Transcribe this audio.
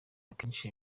akenshi